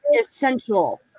essential